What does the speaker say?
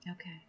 Okay